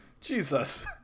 Jesus